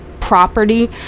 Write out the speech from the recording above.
property